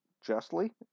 justly